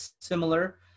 similar